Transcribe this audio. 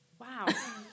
Wow